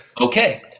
Okay